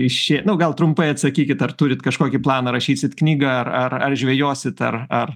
išė nu gal trumpai atsakykit ar turit kažkokį planą rašysit knygą ar ar žvejosit ar ar